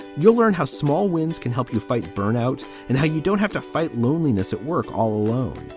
you'll learn how small winds can help you fight burnout and how you don't have to fight loneliness at work all alone.